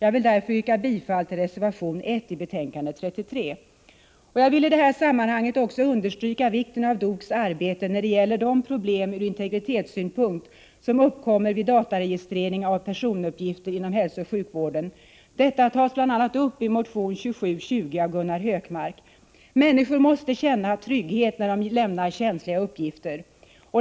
Jag vill därför yrka bifall till reservation 1 till betänkande 33. Jag villi detta sammanhang också understryka vikten av DOK:s arbete när det gäller de problem ur integritetssynpunkt som uppkommer vid dataregistrering av personuppgifter inom hälsooch sjukvården. Detta tas bl.a. uppi motion 2720 av Gunnar Hökmark. Människor måste känna trygghet när de lämnar känsliga uppgifter.